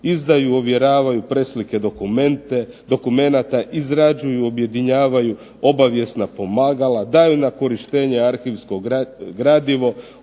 izdaju, ovjeravaju preslike dokumenata; izrađuju i objedinjavaju obavijesna pomagala; daju na korištenje arhivsko gradivo;